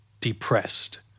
depressed